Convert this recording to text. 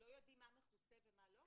לא יודעים מה מכוסה ומה לא?